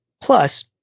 Plus